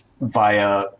via